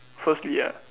firstly ah